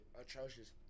atrocious